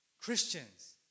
Christians